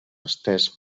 estès